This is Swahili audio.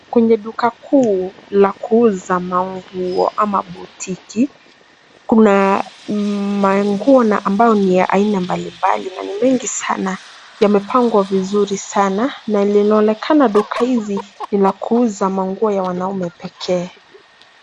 Kwenye duka kuu la kuuza manguo ama botiki. Kuna manguo na ambayo ni ya aina mbalimbali na ni mengi sana yamepangwa vizuri sana na linaonekana duka hizi ni la kuuza manguo ya wanaume pekee.